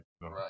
Right